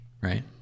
right